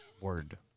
Word